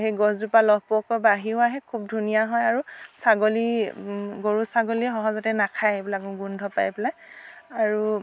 সেই গছজোপা লহ পহকৈ বাঢ়িও আহে খুব ধুনীয়া হয় আৰু ছাগলী গৰু ছাগলীয়ে সহজতে নাখায় এইবিলাক গোন্ধ পাই পেলাই আৰু